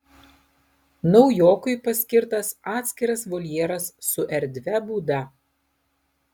naujokui paskirtas atskiras voljeras su erdvia būda